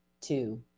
two